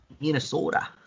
Minnesota